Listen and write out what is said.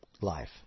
life